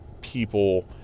people